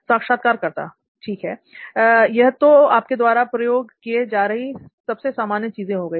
साक्षात्कारकर्ता ठीक है यह तो आपके द्वारा प्रयोग किए जा रही सबसे सामान्य चीजें हो गई